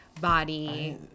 body